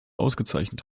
ausgezeichnet